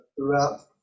throughout